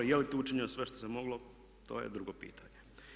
Je li tu učinjeno sve što se moglo, to je drugo pitanje.